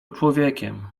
człowiekiem